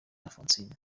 alphonsine